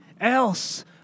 else